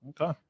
Okay